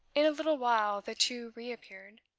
in a little while the two re-appeared,